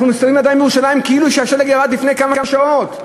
עדיין אנחנו מסתובבים בירושלים כאילו השלג ירד לפני כמה שעות.